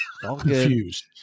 confused